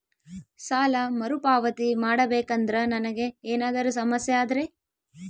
ಸಾಲ ಮರುಪಾವತಿ ಮಾಡಬೇಕಂದ್ರ ನನಗೆ ಏನಾದರೂ ಸಮಸ್ಯೆ ಆದರೆ?